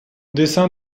dessin